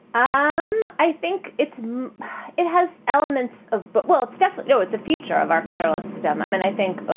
ah um i think it's it has elements of but well, it's definitely no, it's a feature of our federal system. i mean, i think. but